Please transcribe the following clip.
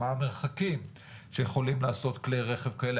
מה המרחקים שיכולים לעשות כלי רכב כאלה,